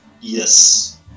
Yes